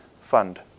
fund